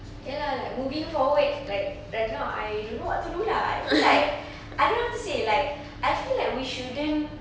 ya lah like moving forward like right now I don't know what to do lah I feel like I don't now how to say I feel like we shouldn't